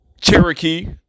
Cherokee